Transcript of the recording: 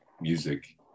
music